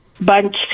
bunch